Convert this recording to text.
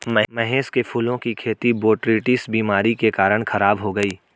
महेश के फूलों की खेती बोटरीटिस बीमारी के कारण खराब हो गई